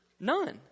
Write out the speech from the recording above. None